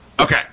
Okay